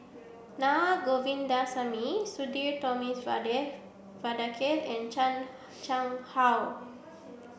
Naa Govindasamy Sudhir Thomas Vadaketh and Chan Chang How